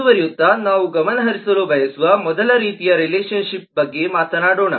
ಮುಂದುವರಿಯುತ್ತಾ ನಾವು ಗಮನಹರಿಸಲು ಬಯಸುವ ಮೊದಲ ರೀತಿಯ ರಿಲೇಶನ್ ಶಿಪ್ ಬಗ್ಗೆ ಮಾತನಾಡೋಣ